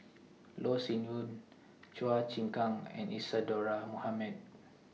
Loh Sin Yun Chua Chim Kang and Isadhora Mohamed